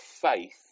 faith